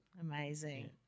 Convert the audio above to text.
Amazing